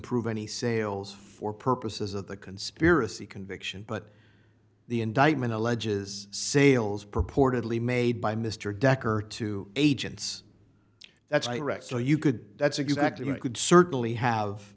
prove any sales for purposes of the conspiracy conviction but the indictment alleges sales purportedly made by mr decker to agents that's i read so you could that's exactly what it could certainly have